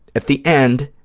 at the end,